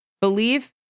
Believe